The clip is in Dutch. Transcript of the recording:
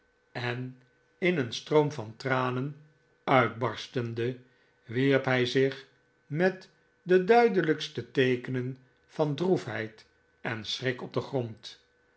en in een stroom van tranen uitbarstende wierp hij zich met de duidelijkste teekenen van droefheid en schrik op den i grond